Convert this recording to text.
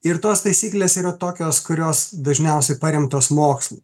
ir tos taisyklės yra tokios kurios dažniausiai paremtos mokslu